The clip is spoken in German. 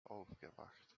aufgewacht